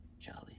Charlie